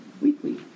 weekly